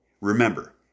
Remember